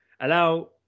Allow